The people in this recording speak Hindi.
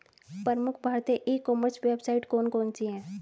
प्रमुख भारतीय ई कॉमर्स वेबसाइट कौन कौन सी हैं?